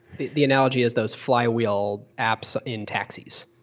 the the analogy is those flywheel apps in taxis.